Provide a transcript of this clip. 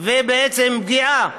ופגיעה